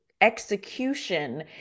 execution